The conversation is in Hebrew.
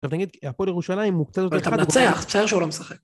עכשיו תגיד, הפועל ירושלים הוא קצת יותר... -אבל אתה מנצח, מצטער שהוא לא משחק.